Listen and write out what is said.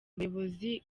abayobozi